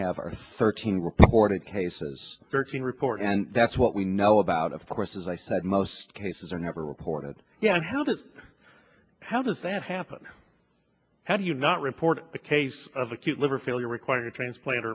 have are thirteen reported cases thirteen reports and that's what we know about of course as i said most cases are never reported yeah how does how does that happen how do you not report the case of acute liver failure requiring a transla